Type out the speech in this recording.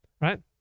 right